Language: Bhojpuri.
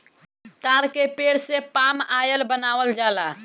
ताड़ के पेड़ से पाम आयल बनावल जाला